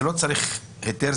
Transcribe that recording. לא צריכות היתר,